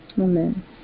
Amen